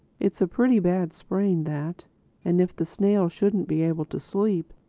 it's a pretty bad sprain, that and if the snail shouldn't be able to sleep,